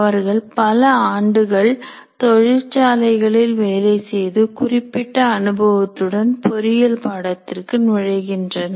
அவர்கள் பல ஆண்டுகள் தொழிற்சாலைகளில் வேலை செய்து குறிப்பிட்ட அனுபவத்துடன் பொறியியல் பாடத்திற்கு நுழைகின்றனர்